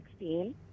2016